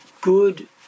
good